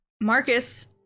Marcus